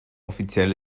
offiziell